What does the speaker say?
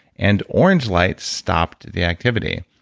and orange lights stopped the activity.